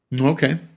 Okay